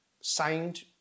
signed